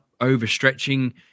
overstretching